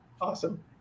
Awesome